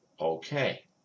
Okay